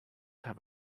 have